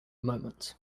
moment